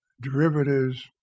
Derivatives